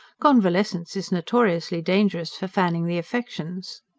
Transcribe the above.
convalescence is notoriously dangerous for fanning the affections.